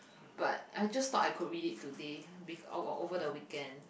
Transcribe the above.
but I just thought I could read it today because or over the weekend